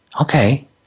Okay